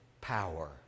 power